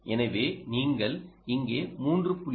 எனவே நீங்கள் இங்கே 3